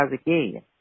again